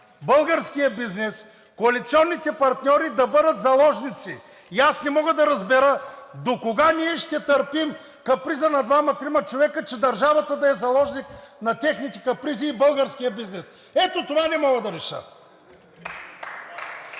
българският бизнес, коалиционните партньори да бъдат заложници. И аз не мога да разбера докога ние ще търпим каприза на двама-трима човека, че държавата да е заложник на техните капризи, и българският бизнес. Ето това не могат да решат!